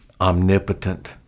omnipotent